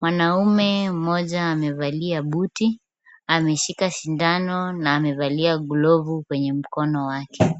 Mwanamume mmoja amevalia buti, ameshika sindano na amevalia glavu kwenye mkono wake.